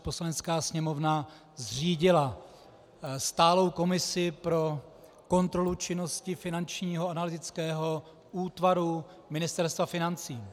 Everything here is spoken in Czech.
Poslanecká sněmovna zřídila stálou komisi pro kontrolu činnosti Finančního analytického útvaru Ministerstva financí.